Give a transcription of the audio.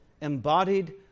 embodied